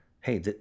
hey